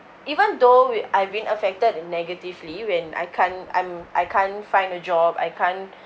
even though we I've been affected negatively when I can't I'm I can't find a job I can't